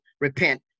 repent